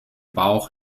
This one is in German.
bauch